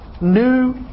new